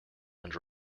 and